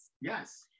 yes